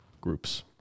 groups